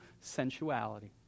sensuality